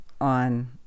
on